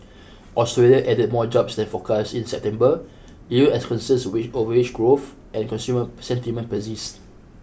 Australia added more jobs than forecast in September even as concerns with a wage growth and consumer sentiment persist